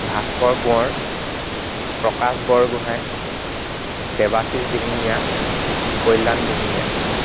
Bhaskar Konwar Prakash Borgohain Debashish Dihingia Kalyan Dihingia